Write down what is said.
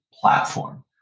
platform